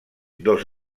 dos